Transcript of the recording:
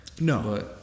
no